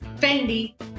Fendi